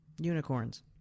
unicorns